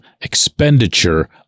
expenditure